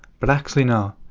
but actually no.